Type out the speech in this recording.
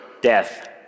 death